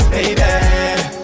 Baby